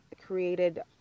created